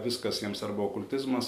viskas jiems arba okultizmas